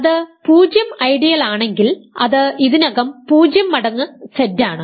അത് 0 ഐഡിയലാണെങ്കിൽ അത് ഇതിനകം 0 മടങ്ങ് Z ആണ്